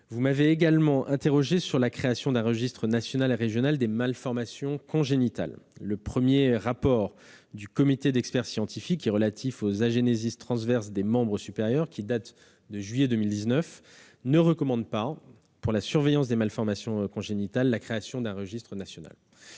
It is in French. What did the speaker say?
Vous m'avez également interrogé sur la création d'un registre national et régional des malformations congénitales. Le premier rapport du Comité d'experts scientifiques sur les agénésies transverses des membres supérieurs, daté de juillet 2019, ne recommande pas, pour la surveillance des malformations congénitales, la création d'un registre national.